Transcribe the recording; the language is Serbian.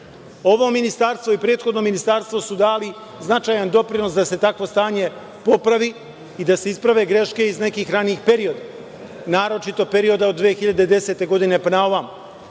ministarstvo i prethodno ministarstvo su dali značajan doprinos da se takvo stanje popravi i da se isprave greške iz nekih ranijih perioda, naročito perioda od 2010. godine pa na